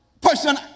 person